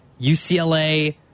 UCLA